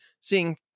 seeing